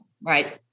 right